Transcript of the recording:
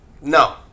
No